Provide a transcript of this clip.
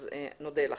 אז נודה לך.